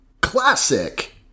Classic